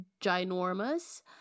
ginormous